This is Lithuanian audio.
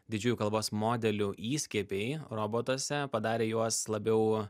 didžiųjų kalbos modelių įskiepiai robotuose padarė juos labiau